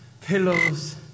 pillows